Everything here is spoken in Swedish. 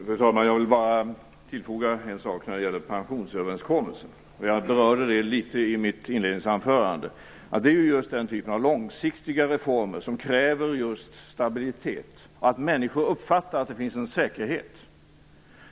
Fru talman! Jag vill bara tillfoga en sak när det gäller pensionsöverenskommelsen. Jag berörde det litet i mitt inledningsanförande. Det är just den typ av långsiktiga reformer som kräver just stabilitet och att människor uppfattar att det finns en säkerhet.